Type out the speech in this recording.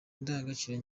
indangagaciro